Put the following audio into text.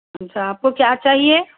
اچھا آپ کو کیا چاہیے